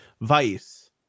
Vice